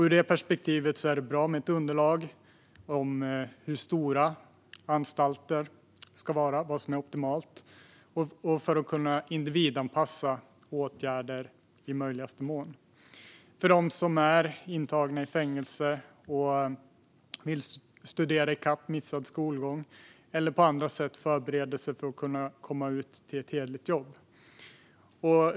Ur det perspektivet är det bra med ett underlag om vilken storlek som är optimal för anstalter så att man i möjligaste mån kan individanpassa åtgärder. Det gäller dem som är intagna i fängelse och som vill ta igen missad skolgång eller på andra sätt förbereda sig för att kunna komma ut till ett hederligt jobb.